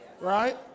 right